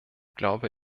glaube